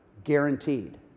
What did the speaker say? Guaranteed